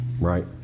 right